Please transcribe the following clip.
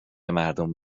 مردم